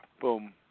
Boom